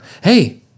Hey